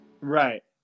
right